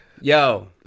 Yo